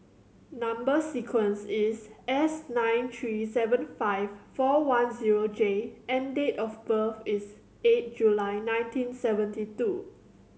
number sequence is S nine three seven five four one zero J and date of birth is eight July nineteen seventy two